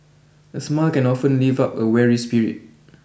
a smile can often lift up a weary spirit